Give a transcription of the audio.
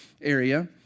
area